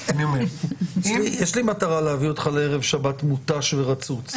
אני אומר --- יש לי מטרה להביא אותך לערב שבת מותש ורצוץ.